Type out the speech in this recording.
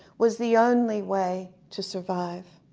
was the only way to survive,